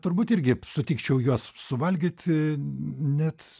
turbūt irgi sutikčiau juos suvalgyti net